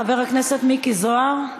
חבר הכנסת מיקי זוהר,